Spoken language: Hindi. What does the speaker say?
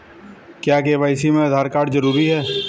क्या के.वाई.सी में आधार कार्ड जरूरी है?